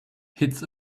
hits